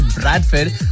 Bradford